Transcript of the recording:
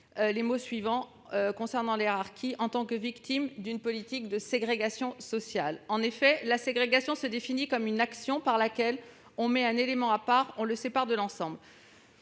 de loi d'obtenir réparation « en tant que victimes d'une politique de ségrégation sociale ». En effet, la ségrégation se définit comme une « action par laquelle on met un élément à part, on le sépare de l'ensemble